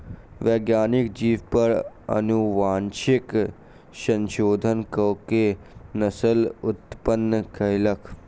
वैज्ञानिक जीव पर अनुवांशिक संशोधन कअ के नस्ल उत्पन्न कयलक